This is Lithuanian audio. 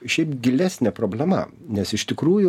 šiaip gilesnė problema nes iš tikrųjų